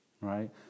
right